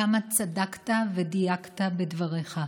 כמה צדקת ודייקת בדבריך.